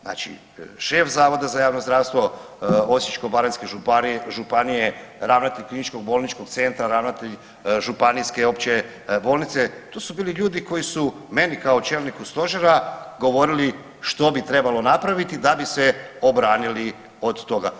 Znači šef Zavoda za javno zdravstvo Osječko-baranjske županije, ravnatelj KBC-a, ravnatelj županijske opće bolnice, to su bili ljudi koji su meni kao čelniku Stožera govorili što bi trebalo napraviti da bi se obranili od toga.